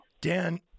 Dan